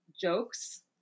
jokes